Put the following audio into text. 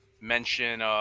mention